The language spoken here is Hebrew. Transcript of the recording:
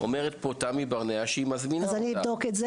אומרת פה תמי ברנע שהיא מזמינה אותה,